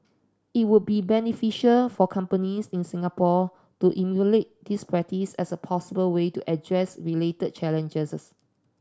it would be beneficial for companies in Singapore to emulate this practice as a possible way to address related challenges